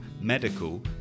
medical